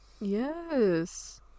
Yes